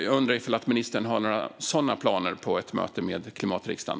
Har ministern några planer på ett sådant möte med Klimatriksdagen?